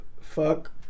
Fuck